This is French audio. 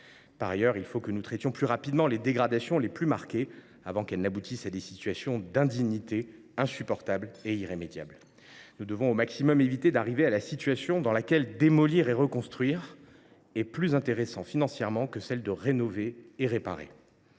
Par ailleurs, il faut que nous traitions plus rapidement les dégradations les plus marquées avant qu’elles n’aboutissent à des situations d’indignité insupportables et irrémédiables. Nous devons éviter au maximum d’arriver à la situation dans laquelle démolir pour reconstruire est plus intéressant financièrement que rénover et réparer.